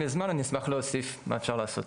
אם יש זמן אני אשמח להוסיף מה אפשר לעשות.